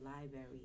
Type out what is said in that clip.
library